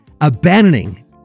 abandoning